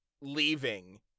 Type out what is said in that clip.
leaving